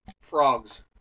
Frogs